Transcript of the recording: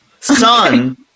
son